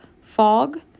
fog